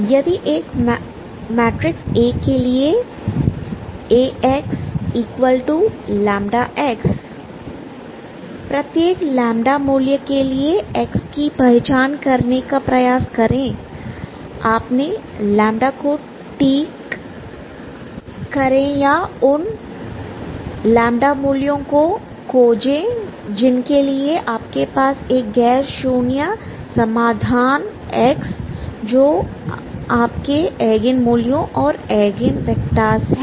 यदि एक matrix A के लिए AX λX प्रत्येक मूल्य के लिए X की पहचान करने का प्रयास करें आपने को ठीक करें या उन मूल्यों को खोजें जिनके लिए आपके पास एक गैर शून्य समाधान Xजो आपके एगेन मूल्यों और एगेन वेक्टर्स है